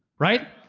right?